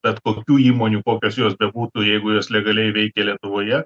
bet kokių įmonių kokios jos bebūtų jeigu jos legaliai veikė lietuvoje